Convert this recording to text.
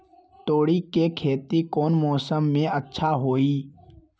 तोड़ी के खेती कौन मौसम में अच्छा होई?